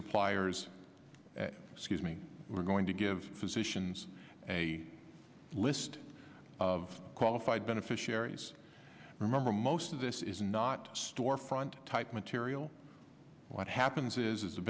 suppliers excuse me we're going to give physicians a list of qualified beneficiaries remember most of this is not storefront type material what happens is